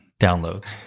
downloads